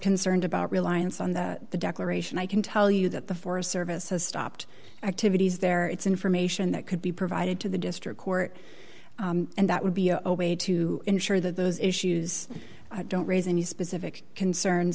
concerned about reliance on the declaration i can tell you that the forest service has stopped activities there it's information that could be provided to the district court and that would be a way to ensure that those issues i don't raise any specific concerns